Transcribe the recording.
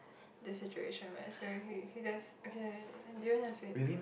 the situation where so he he doesn't okay you don't have to do it